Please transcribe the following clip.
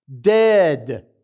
Dead